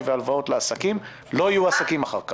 והלוואות לעסקים לא יהיו עסקים אחר כך,